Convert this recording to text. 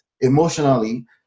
emotionally